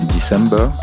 December